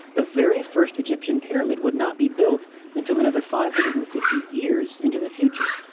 the very first egyptian pyramid would not be built until another five hundred and fifty years into the future.